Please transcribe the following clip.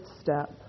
step